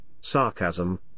sarcasm